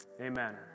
Amen